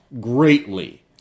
greatly